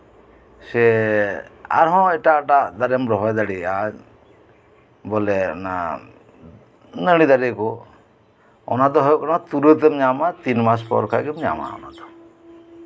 ᱥᱮ ᱟᱨᱦᱚᱸ ᱮᱴᱟᱜ ᱮᱴᱟᱜ ᱫᱟᱨᱮᱢ ᱨᱚᱦᱚᱭ ᱫᱟᱲᱮᱭᱟᱜᱼᱟ ᱟᱨ ᱵᱚᱞᱮ ᱚᱱᱟ ᱱᱟᱹᱲᱤ ᱫᱟᱨᱮ ᱠᱚ ᱚᱱᱟ ᱫᱚ ᱦᱩᱭᱩᱜ ᱠᱟᱱᱟ ᱛᱩᱨᱟᱹᱛ ᱮᱢ ᱧᱟᱢᱟ ᱛᱤᱱ ᱢᱟᱥ ᱯᱚᱨᱮ ᱠᱷᱟᱱ ᱜᱮᱢ ᱧᱟᱢᱟ ᱚᱱᱟᱫᱚ